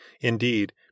Indeed